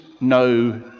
no